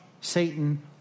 Satan